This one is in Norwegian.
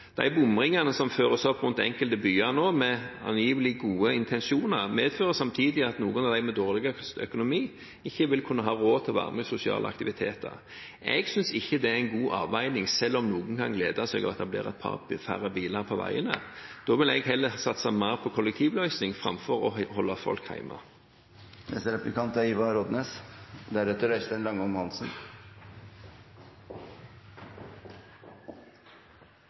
De bomringene som nå føres opp rundt enkelte byer – med angivelig gode intensjoner – medfører samtidig at noen av dem med dårligst økonomi ikke vil kunne ha råd til å være med i sosiale aktiviteter. Jeg synes ikke det er en god avveining, selv om noen kan glede seg over at det blir et par biler færre på veiene. Da ville jeg heller ha satset mer på kollektivløsninger framfor å holde folk hjemme. Det er